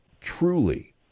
truly